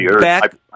back